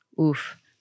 Oof